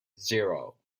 zero